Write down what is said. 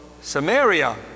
Samaria